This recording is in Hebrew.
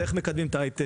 וזה איך מקדמים את ההייטק,